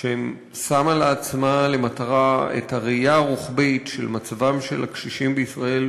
ששמה לעצמה למטרה את הראייה הרוחבית של מצבם של הקשישים בישראל,